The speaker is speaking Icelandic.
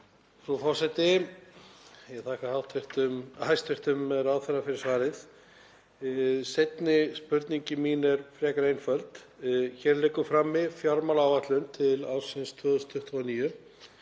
Frú forseti. Ég þakka hæstv. ráðherra fyrir svarið. Seinni spurning mín er frekar einföld: Hér liggur frammi fjármálaáætlun til ársins 2029.